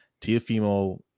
Tiafimo